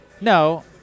no